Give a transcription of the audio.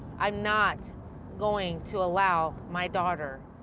i'm not going to allow my daughter